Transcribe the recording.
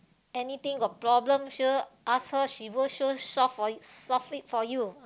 anything got problem sure ask her she will sure solve for solve it for you